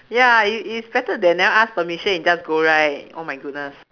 ya it is better then never ask permission you just go right oh my goodness